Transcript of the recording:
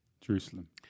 Jerusalem